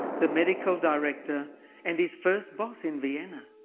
the medical director and his first boss in vienna.